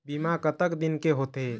बीमा कतक दिन के होते?